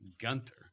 Gunther